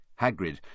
Hagrid